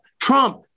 Trump